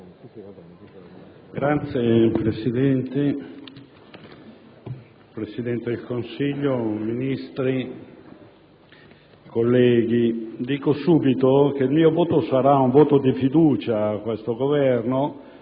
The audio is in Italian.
Signora Presidente, Presidente del Consiglio, Ministri, colleghi, dirò subito che il mio sarà un voto di fiducia a questo Governo.